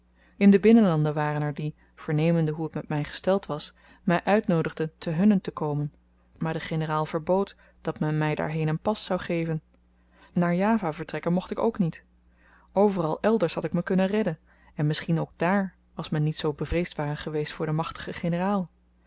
in de binnenlanden waren er die vernemende hoe t met my gesteld was my uitnoodigden ten hunnent te komen maar de generaal verbood dat men my daarheen een pas zou geven naar java vertrekken mocht ik ook niet overal elders had ik me kunnen redden en misschien ook dààr als men niet zoo bevreesd ware geweest voor den machtigen generaal